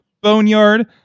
Boneyard